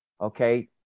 Okay